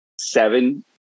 seven